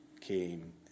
came